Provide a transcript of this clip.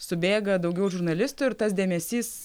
subėga daugiau žurnalistų ir tas dėmesys